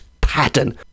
pattern